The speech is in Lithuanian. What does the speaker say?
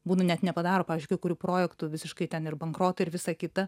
būna net nepadaro pavyzdžiui kai kurių projektų visiškai ten ir bankrotai ir visa kita